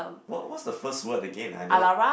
what what's the first word again I don't